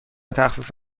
تخفیف